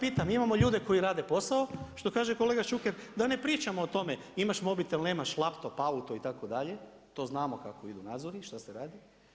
I sad vas ja pitam, imamo ljude koji rade posao, što kaže kolega Šuker, da ne pričamo o tome, imaš mobitel, nemaš laptop, auto itd. to znamo kako ide nadzori, što se radi.